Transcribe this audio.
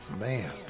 Man